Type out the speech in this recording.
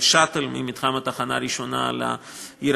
של "שאטל" ממתחם התחנה הראשונה לעיר